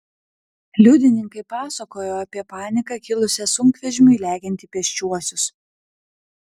liudininkai pasakojo apie paniką kilusią sunkvežimiui lekiant į pėsčiuosius